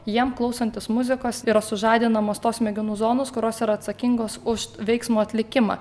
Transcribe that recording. jiem klausantis muzikos yra sužadinamos tos smegenų zonos kurios yra atsakingos už veiksmo atlikimą